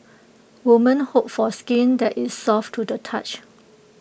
woman hope for skin that is soft to the touch